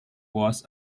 was